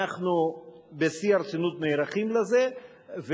אנחנו נערכים לזה בשיא הרצינות,